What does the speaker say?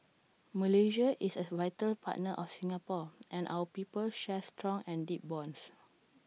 Malaysia is A vital partner of Singapore and our peoples share strong and deep bonds